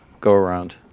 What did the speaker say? go-around